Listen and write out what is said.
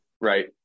right